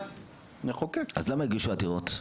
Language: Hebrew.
אז למה הגישו עתירות?